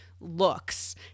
looks